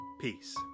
Peace